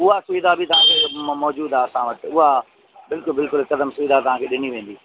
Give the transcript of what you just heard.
उहा सुविधा बि तव्हांखे मौजूद आहे असां वटि उहा बिल्कुलु बिल्कुलु हिकदमु सुविधा तव्हांखे ॾिनी वेंदी